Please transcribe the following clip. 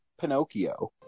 Pinocchio